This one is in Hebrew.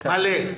מלא.